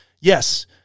Yes